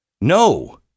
No